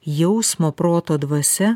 jausmo proto dvasia